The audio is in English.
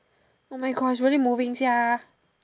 oh my gosh really moving sia